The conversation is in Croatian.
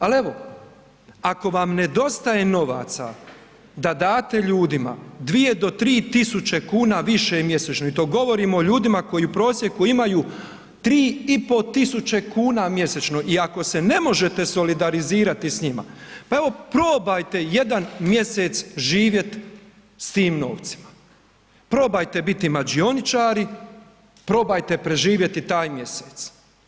Ali evo ako vam nedostaje novaca da date ljudima dvije do tri tisuće kuna više mjesečno i to govorim o ljudima koji u prosjeku imaju 3.500 kuna mjesečno i ako se ne možete solidarizirati s njima, pa evo probajte jedan mjesec živjet s tim novcima, probajte biti mađioničari, probajte preživjeti taj mjesec.